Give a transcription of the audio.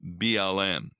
BLM